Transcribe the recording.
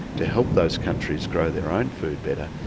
to help those countries grow their own food better,